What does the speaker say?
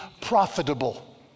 profitable